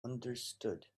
understood